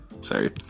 Sorry